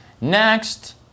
Next